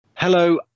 Hello